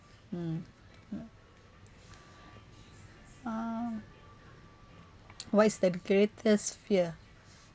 mm uh what is the greatest fear